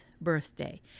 birthday